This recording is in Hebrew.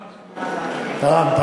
תרם?